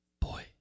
Boy